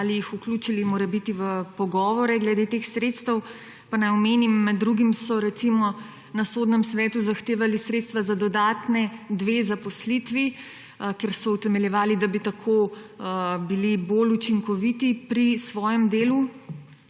ali jih vključili morebiti v pogovore glede teh sredstev. Pa naj omenim, med drugim so recimo na Sodnem svetu zahtevali sredstva za dodatni dve zaposlitvi, utemeljevali so, da bi tako bili bolj učinkoviti pri svojem delu,